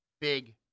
big